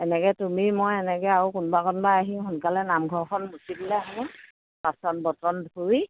এনেকে তুমি মই এনেকে আৰু কোনোবা কোনোবা আহি সোনকালে নামঘৰখন মুচি দিলে হ'ব বাচন বৰ্তন ধুই